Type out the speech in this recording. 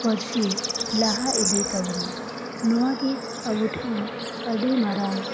ᱯᱟᱨᱥᱤ ᱞᱟᱦᱟ ᱤᱫᱤ ᱛᱟᱵᱚᱱᱟ ᱱᱚᱶᱟ ᱜᱮ ᱟᱵᱚᱴᱷᱮᱱ ᱟᱰᱤ ᱢᱟᱨᱟᱝ